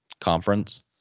conference